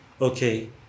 okay